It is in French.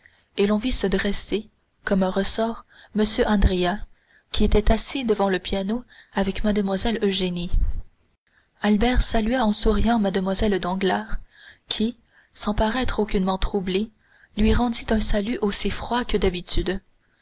et l'on vit se dresser comme un ressort m andrea qui était assis devant le piano avec mlle eugénie albert salua en souriant mlle danglars qui sans paraître aucunement troublée lui rendit un salut aussi froid que d'habitude